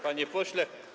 Panie Pośle!